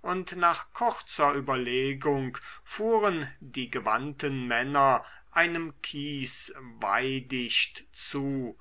und nach kurzer überlegung fuhren die gewandten männer einem kiesweidicht zu